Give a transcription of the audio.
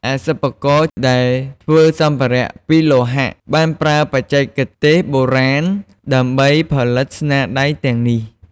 ឯសិប្បករដែលធ្វើសម្ភារៈពីលោហៈបានប្រើបច្ចេកទេសបុរាណដើម្បីផលិតស្នាដៃទាំងនេះ។